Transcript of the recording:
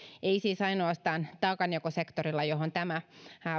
ei siis ainoastaan taakanjakosektorilla johon tämä